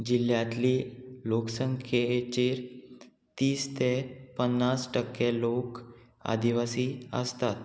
जिल्ल्यांतली लोकसंख्येचेर तीस ते पन्नास टक्के लोक आदिवासी आसतात